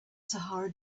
sahara